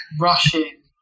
rushing